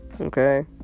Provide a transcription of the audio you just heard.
Okay